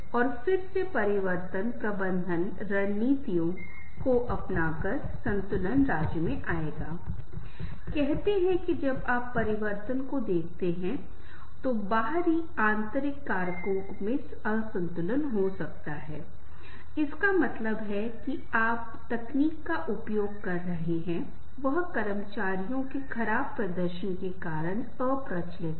हमने देखा है कि जब लोग प्राकृतिक आपदा और समस्याओं में होते हैं यहाँ तक कि वे लोग जो बहुत समृद्ध या अच्छी तरह से स्थापित परिवार के होते हैं लेकिन बाढ़ या अन्य प्राकृतिक आपदाओं में वे अपना सब कुछ खो देते हैं और फिर उन्हें सरकार की ओर से या कुछ स्वैच्छिक संगठन भोजन भेजते है कैसे लोग खाद्य पदार्थों के छोटे पैकेट के साथ एक दूसरे से लड़ते भी हैं